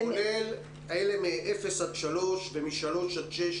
כולל אלה מאפס עד שלוש ומשלוש עד שש.